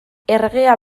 erregea